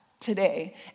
today